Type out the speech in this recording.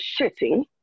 shitting